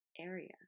area